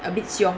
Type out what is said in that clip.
a bit 凶